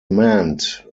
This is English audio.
meant